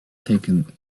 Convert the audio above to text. taken